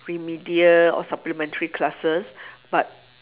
remedial or supplementary classes but